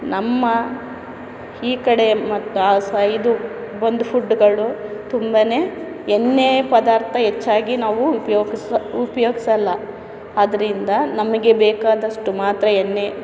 ನಮ್ಮ ಈ ಕಡೆ ಮತ್ತು ಆ ಸ ಇದು ಒಂದು ಫುಡ್ಗಳು ತುಂಬನೇ ಎಣ್ಣೆ ಪದಾರ್ಥ ಹೆಚ್ಚಾಗಿ ನಾವು ಉಪಯೋಗಿಸೋ ಉಪ್ಯೋಗಿಸಲ್ಲ ಆದ್ದರಿಂದ ನಮಗೆ ಬೇಕಾದಷ್ಟು ಮಾತ್ರ ಎಣ್ಣೆ